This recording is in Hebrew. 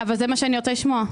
זה מה שאני רוצה לשמוע.